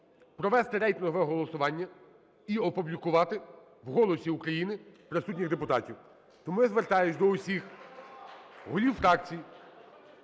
провести рейтингове голосування і опублікувати в "Голосі України" присутніх депутатів. Тому я звертаюсь до усіх голів фракцій,